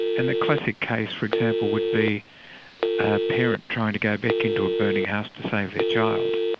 and the classic case for example, would be a parent trying to go back into a burning house to save their child.